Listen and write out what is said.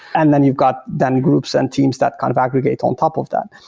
and then you've got then groups and teams that kind of aggregate on top of that.